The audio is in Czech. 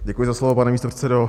Děkuji za slovo, pane místopředsedo.